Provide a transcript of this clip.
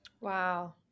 Wow